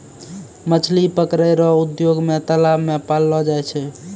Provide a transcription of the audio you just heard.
मछली पकड़ै रो उद्योग मे तालाब मे पाललो जाय छै